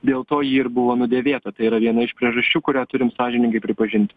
dėl to ji ir buvo nudėvėta tai yra viena iš priežasčių kurią turim sąžiningai pripažinti